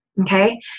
Okay